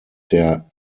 der